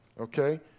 Okay